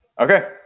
Okay